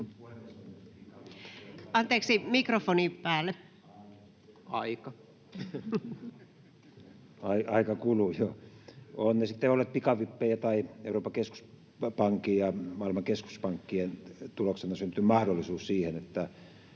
puheenvuoron mikrofonin ollessa suljettuna] Aika kuluu, joo. — Ovat ne sitten olleet pikavippejä tai Euroopan keskuspankin ja maailman keskuspankkien lainoja, tuloksena on syntynyt mahdollisuus siihen, että